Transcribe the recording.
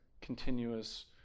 continuous